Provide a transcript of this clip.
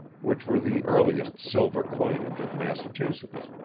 which were the earliest silver coinage of massachusetts.